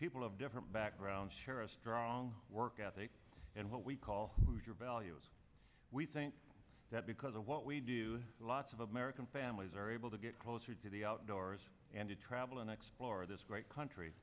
people of different backgrounds share a strong work ethic and what we call hoosier values we think that because of what we do lots of american families are able to get closer to the outdoors and to travel and explore this great country